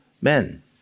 men